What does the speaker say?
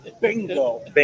Bingo